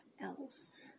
else